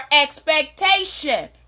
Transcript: expectation